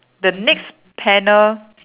the next panel